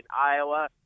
Iowa